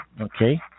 Okay